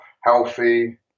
healthy